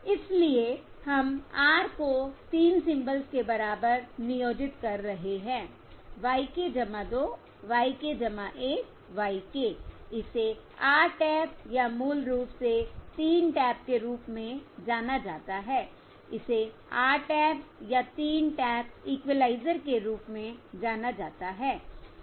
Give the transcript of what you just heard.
इसलिए हम R को 3 सिंबल्स के बराबर नियोजित कर रहे हैं y k 2 y k 1 y k इसे R टैप या मूल रूप से 3 टैप के रूप में जाना जाता है इसे R टैप या 3 टैप इक्विलाइजर के रूप में जाना जाता है